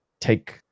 take